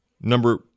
Number